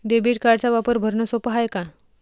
Debit कार्डचा वापर भरनं सोप हाय का?